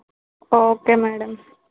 okay madam